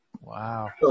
Wow